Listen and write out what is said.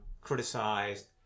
criticized